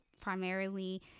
primarily